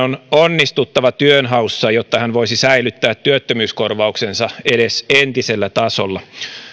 onnistuttava työnhaussa jotta hän voisi säilyttää työttömyyskorvauksensa edes entisellä tasolla